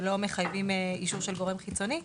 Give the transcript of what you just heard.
שלא מחייבים אישור של גורם חיצוני.